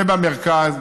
ובמרכז,